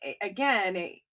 again